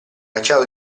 cacciato